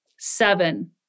Seven